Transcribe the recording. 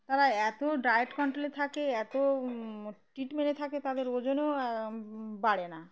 তারা এত ডায়েট কন্ট্রোলে থাকে এত ট্রিটমেন্টে থাকে তাদের ওজনও বাড়ে না